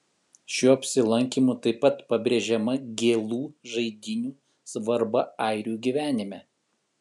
šiuo apsilankymu taip pat pabrėžiama gėlų žaidynių svarba airių gyvenime